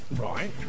right